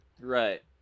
right